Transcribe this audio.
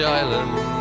island